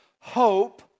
hope